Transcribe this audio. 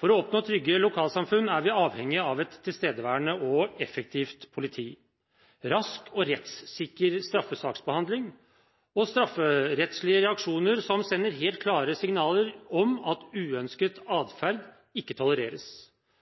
For å oppnå trygge lokalsamfunn er vi avhengige av et tilstedeværende og effektivt politi, rask og rettssikker straffesaksbehandling og strafferettslige reaksjoner som sender helt klare signaler om at uønsket